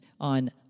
on